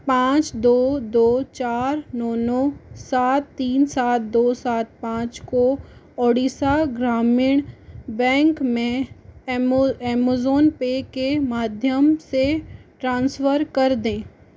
पाँच दो दो चार नौ नौ सात तीन सात दो सात पाँच को ओडिसा ग्रामीण बैंक में ऐमो ऐमज़ॉन पे के माध्यम से ट्रांसफर कर दें